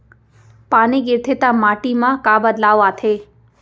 पानी गिरथे ता माटी मा का बदलाव आथे?